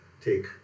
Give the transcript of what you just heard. take